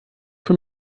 für